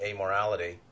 amorality